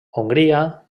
hongria